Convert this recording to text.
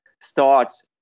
starts